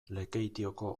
lekeitioko